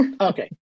Okay